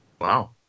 Wow